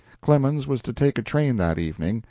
clemens was to take a train that evening,